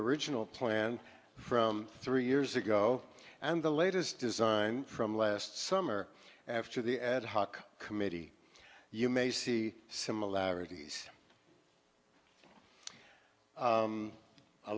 original plan from three years ago and the latest design from last summer after the ad hoc committee you may see similarities